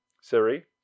Siri